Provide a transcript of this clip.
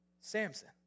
Samson